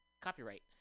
copyright